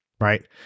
right